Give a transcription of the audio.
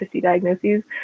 diagnoses